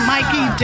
Mikey